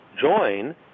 join